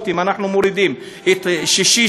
אם אנחנו מורידים שישי,